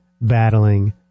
battling